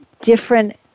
different